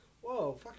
Whoa